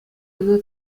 ӑна